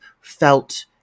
felt